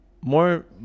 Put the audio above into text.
More